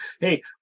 hey